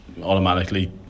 automatically